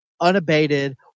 unabated